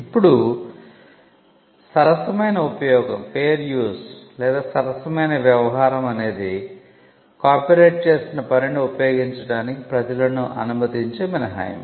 ఇప్పుడు సరసమైన ఉపయోగం లేదా సరసమైన వ్యవహారం అనేది కాపీరైట్ చేసిన పనిని ఉపయోగించడానికి ప్రజలను అనుమతించే మినహాయింపు